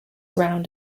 round